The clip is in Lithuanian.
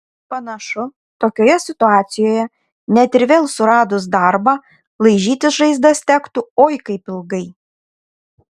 panašu tokioje situacijoje net ir vėl suradus darbą laižytis žaizdas tektų oi kaip ilgai